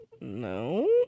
No